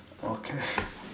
okay